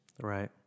Right